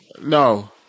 No